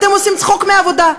אתם עושים צחוק מהעבודה.